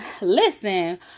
listen